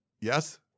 Yes